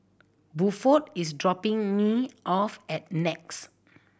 Buford is dropping me off at NEX